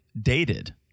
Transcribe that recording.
Dated